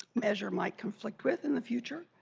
measure my conflict within the future.